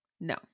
No